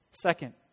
Second